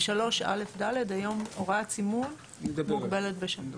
3א(ד) היום הוראת סימון מוגבלת בשנה.